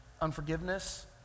Unforgiveness